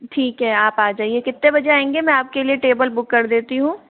ठीक है आप आ जाइए कित्ते बजे आएंगे मैं आपके लिए टेबल बुक कर देती हूँ